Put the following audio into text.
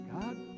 God